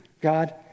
God